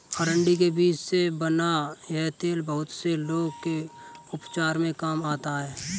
अरंडी के बीज से बना यह तेल बहुत से रोग के उपचार में काम आता है